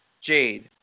Jade